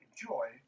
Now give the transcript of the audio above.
enjoy